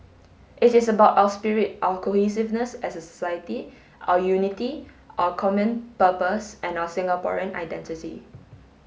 it is about our spirit our cohesiveness as a society our unity our common purpose and our Singaporean identity